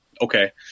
okay